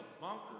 bunker